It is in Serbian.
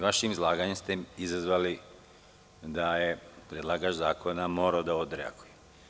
Vašim izlaganjem ste izazvali da je predlagač zakona morao da odreaguje.